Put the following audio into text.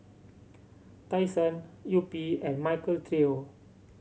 Tai Sun Yupi and Michael Trio